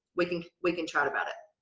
we can we can try about it.